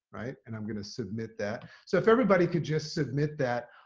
right. and i'm going to submit that. so if everybody could just submit that,